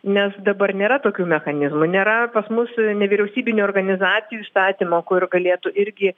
nes dabar nėra tokių mechanizmų nėra pas mus nevyriausybinių organizacijų įstatymo kur galėtų irgi